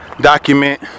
Document